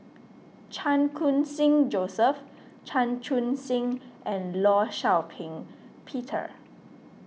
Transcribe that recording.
Chan Khun Sing Joseph Chan Chun Sing and Law Shau Ping Peter